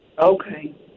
Okay